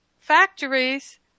factories